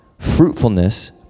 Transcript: fruitfulness